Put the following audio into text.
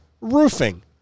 roofing